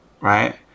right